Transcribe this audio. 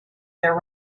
there